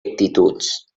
actituds